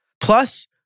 Plus